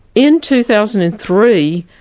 in two thousand and three,